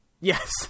Yes